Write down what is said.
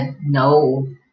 No